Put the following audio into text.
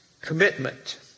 commitment